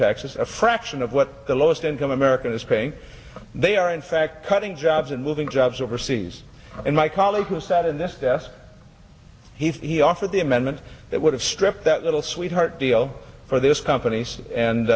taxes a fraction of what the lowest income american is paying they are in fact cutting jobs and moving jobs overseas and my colleague who sat in this desk he offered the amendment that would have stripped that little sweetheart deal for this companies and